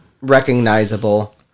recognizable